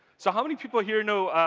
so how many people here know